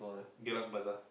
Geylang bazaar